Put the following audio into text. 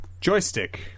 joystick